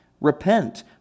Repent